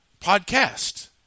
podcast